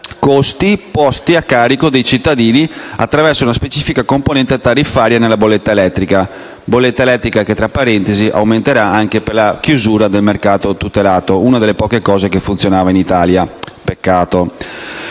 costi posti a carico dei cittadini attraverso una specifica componente tariffaria (A2) nella bolletta elettrica, bolletta che peraltro aumenterà anche per la chiusura del mercato tutelato, una delle poche cose che funzionavano in Italia. Peccato.